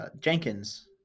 Jenkins